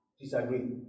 disagree